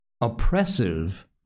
oppressive